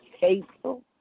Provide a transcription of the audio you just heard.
faithful